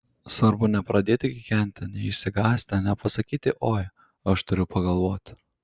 svarbu nepradėti kikenti neišsigąsti nepasakyti oi aš turiu pagalvoti